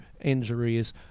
injuries